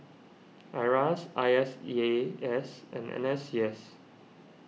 Iras I S E A S and N S C S